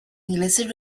ingleses